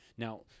Now